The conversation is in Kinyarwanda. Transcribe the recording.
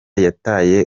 yataye